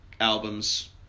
Albums